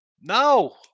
No